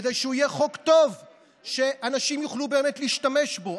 כדי שהוא יהיה חוק טוב ואנשים יוכלו באמת להשתמש בו.